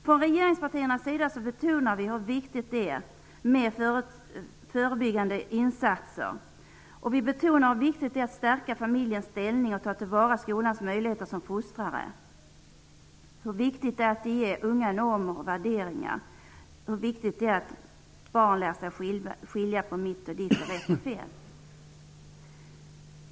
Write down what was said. Vi i regeringspartierna betonar hur viktigt det är med förebyggande insatser, och vi betonar hur viktigt det är att stärka familjens ställning och att ta till vara skolans möjligheter som fostrare, hur viktigt det är att ge unga normer och värderingar och hur viktigt det är att barn lär sig skilja på mitt och ditt och rätt och fel.